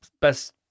best